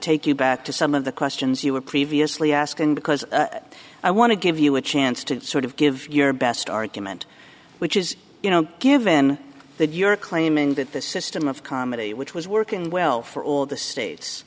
take you back to some of the questions you were previously asking because i want to give you a chance to sort of give your best argument which is you know given that you're claiming that the system of comedy which was working well for all of the states